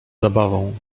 zabawą